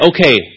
okay